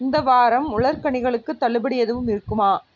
இந்த வாரம் உலர்கனிகளுக்கு தள்ளுபடி எதுவும் இருக்குமா